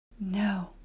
No